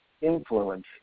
influence